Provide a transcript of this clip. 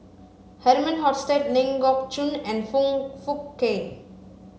Herman Hochstadt Ling Geok Choon and Foong Fook Kay